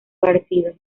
partido